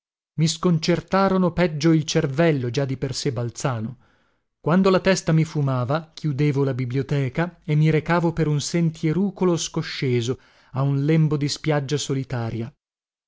via i sconcertarono peggio il cervello già di per sé balzano quando la testa mi fumava chiudevo la biblioteca e mi recavo per un sentieruolo scosceso a un lembo di spiaggia solitaria